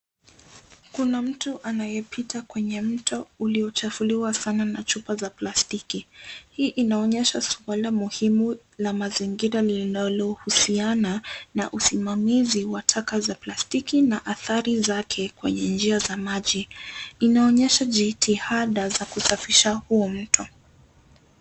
Kuna mtu anayepita kwenye mto uliochafuliwa sana na chupa za plastiki. Hii inaonyesha swala muhimu la mazingira linalohusiana na usimamizi wa taka za plastiki na adhari zake kwenye njia za maji. Inaonyesha jitihadi za kusafisha huo mto.